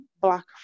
black